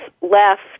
left